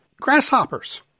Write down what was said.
grasshoppers